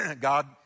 God